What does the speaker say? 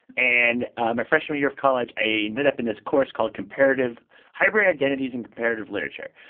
and my freshman year of college, i ended up in this course called comparative hybrid identities in comparative literature.